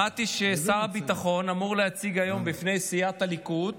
שמעתי ששר הביטחון אמור להציג היום בפני סיעת הליכוד